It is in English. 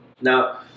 Now